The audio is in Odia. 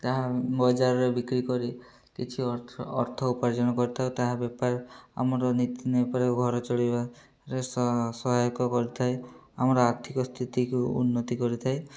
ତାହା ବଜାରରେ ବିକ୍ରି କରି କିଛି ଅର୍ଥ ଅର୍ଥ ଉପାର୍ଜନ କରିଥାଉ ତାହା ବେପାର ଆମର ନୀତିଦିନ ଘର ଚଳିବାରେ ସହାୟକ କରିଥାଏ ଆମର ଆର୍ଥିକ ସ୍ଥିତିକୁ ଉନ୍ନତି କରିଥାଏ